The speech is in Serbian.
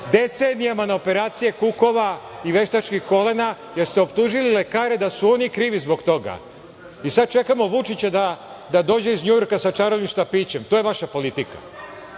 decenijama na operacije kukova i veštačkih kolena, jer ste optužili lekare da su oni krivi zbog toga i sada čekamo Vučića da dođe iz Njujorka sa čarobnim štapićem. To je vaša politika.